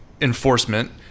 enforcement